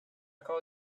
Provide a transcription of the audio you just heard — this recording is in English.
call